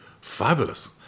fabulous